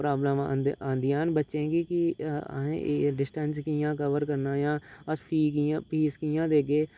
problem आंद आंदियां न बच्चें गी कि अहें एह् डिसटैंस कि'यां कवर करना जां अस फीह् कि'यां फीस कि'यां देगे